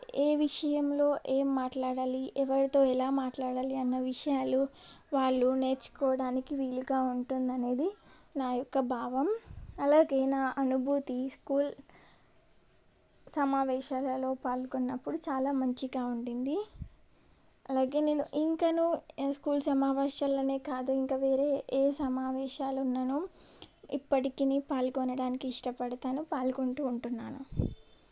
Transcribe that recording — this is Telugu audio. ఏ విషయంలో ఏం మాట్లాడాలి ఎవరితో ఎలా మాట్లాడాలి అన్న విషయాలు వాళ్ళు నేర్చుకోవడానికి వీలుగా ఉంటుందనేది నా యొక్క భావం అలాగే నా అనుభూతి స్కూల్ సమావేశాలలో పాల్గొన్నప్పుడు చాలా మంచిగా ఉండింది అలాగే నేను ఇంకనూ య స్కూల్ సమావేశాలనే కాదు ఇంకా వేరే ఏ సమావేశాలున్నను ఇప్పటికీ పాల్గొనడానికి ఇష్టపడతాను పాల్గొంటూ ఉంటున్నాను